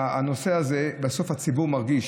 שבנושא הזה בסוף הציבור מרגיש.